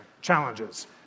challenges